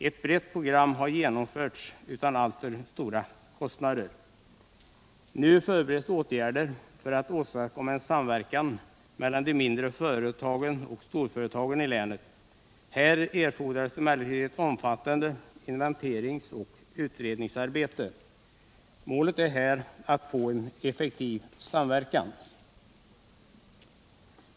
Ett brett program har genomförts utan alltför stora kostnader. Nu förbereds åtgärder för att åstadkomma en samverkan mellan de mindre företagen och storföretagen i länet. För detta erfordras emellertid ett omfattande inventeringsoch utredningsarbete. Målet är att få till stånd en effektiv samverkan.